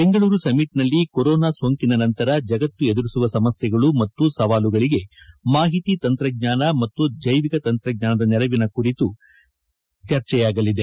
ಬೆಂಗಳೂರು ಸಮ್ಮಿಟ್ನಲ್ಲಿ ಕೊರೊನಾ ಸೋಂಕಿನ ನಂತರ ಜಗತ್ತು ಎದುರಿಸುವ ಸಮಸ್ಥೆಗಳು ಮತ್ತು ಸವಾಲುಗಳಿಗೆ ಮಾಹಿತಿ ತಂತ್ರಜ್ಞಾನ ಮತ್ತು ಜೈವಿಕ ತಂತ್ರಜ್ಞಾನ ನೆರವಿನ ಕುರಿತು ಚರ್ಚೆಯಾಗಲಿದೆ